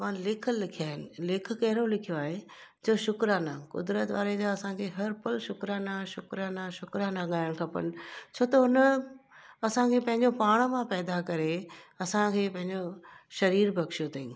मां लेख लिखिया आहिनि लेख कहिड़ो लिखियो आहे चयो शुक्राना क़ुदिरत वारे जा असांखे हर पल शुक्राना शुक्राना शुक्राना ॻाइण खपेनि छो त हुन असांखे पंहिंजो पाण मां पैदा करे असांखे पंहिंजो सरीरु बक्षियो अथेई